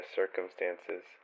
circumstances